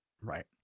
Right